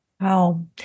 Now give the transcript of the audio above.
Wow